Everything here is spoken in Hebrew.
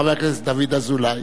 חבר הכנסת דוד אזולאי,